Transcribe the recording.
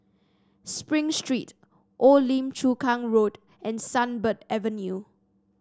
Spring Street Old Lim Chu Kang Road and Sunbird Avenue